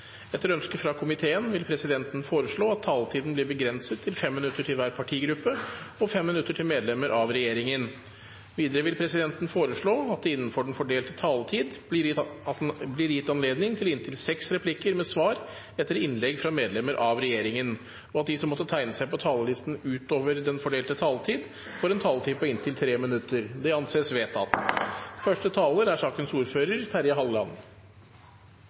Etter ønske fra energi- og miljøkomiteen vil presidenten foreslå at taletiden blir begrenset til 5 minutter til hver partigruppe og 5 minutter til medlemmer av regjeringen. Videre vil presidenten foreslå at det – innenfor den fordelte taletid – blir gitt anledning til replikkordskifte på inntil seks replikker med svar etter innlegg fra medlemmer av regjeringen, og at de som måtte tegne seg på talerlisten utover den fordelte taletid, får en taletid på inntil 3 minutter. – Det anses vedtatt.